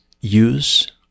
use